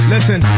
Listen